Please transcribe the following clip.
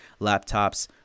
laptops